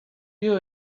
you